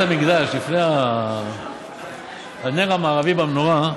ששמעתי, הרב מנחם מוזס,